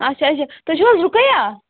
اچھا اچھا تُہۍ چھِو حظ رُقَیہ